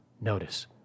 Notice